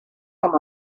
com